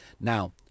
Now